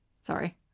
sorry